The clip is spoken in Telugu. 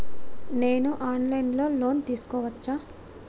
నేను ఆన్ లైన్ లో లోన్ తీసుకోవచ్చా?